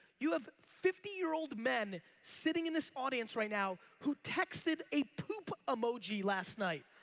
you have fifty year old men sitting in this audience right now who texted a poop emoji last night.